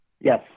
Yes